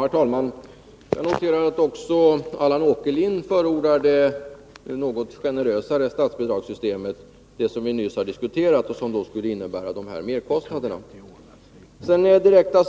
Herr talman! Jag noterar att också Allan Åkerlind förordar det något generösare statsbidraget — det som vi nyss har diskuterat och som skulle innebära de nämnda merkostnaderna. På den direkta